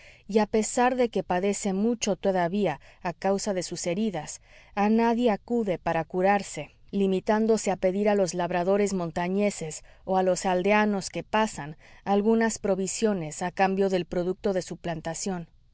y a pesar de que padece mucho todavía a causa de sus heridas a nadie acude para curarse limitándose a pedir a los labradores montañeses o a los aldeanos que pasan algunas provisiones a cambio del producto de